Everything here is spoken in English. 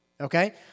okay